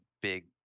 big